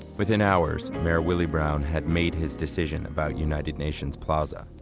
within hours, mayor willie brown had made his decision about united nations plaza.